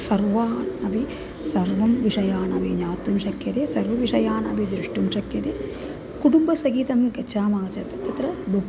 सर्वान् अपि सर्वान् विषयान् मे ज्ञातुं शक्यते सर्वविषयानपि द्रष्टुं शक्यते कुटुम्बसहितं गच्छामः चेत् तत्र बुक्